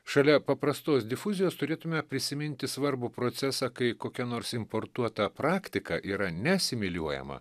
šalia paprastos difuzijos turėtume prisiminti svarbų procesą kai kokia nors importuota praktika yra ne asimiliuojama